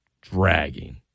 dragging